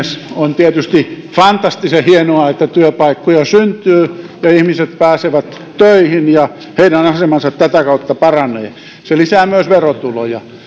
on tietysti fantastisen hienoa että työpaikkoja syntyy ihmiset pääsevät töihin ja heidän asemansa tätä kautta paranee se lisää myös verotuloja